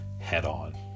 head-on